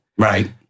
Right